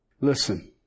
Listen